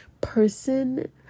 person